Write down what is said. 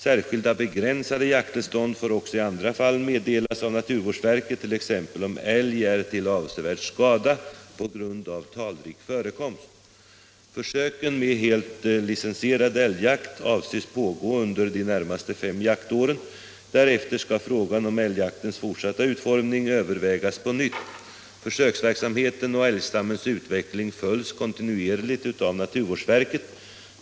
Särskilda, begränsade jakttillstånd får också i andra fall meddelas av naturvårdsverket, t.ex. om älg är till avsevärd skada på grund av talrik förekomst. Försöken med helt licensierad älgjakt avses pågå under de närmaste fem jaktåren. Därefter skall frågan om älgjaktens fortsatta utformning övervägas på nytt. Försöksverksamheten och älgstammens utveckling följs kontinuerligt av naturvårdsverket.